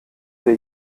dir